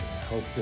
Hope